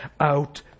out